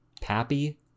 Pappy